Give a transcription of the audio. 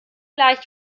gleich